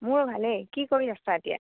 মোৰ ভালেই কি কৰি আছা এতিয়া